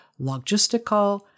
logistical